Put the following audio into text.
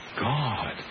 God